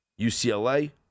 UCLA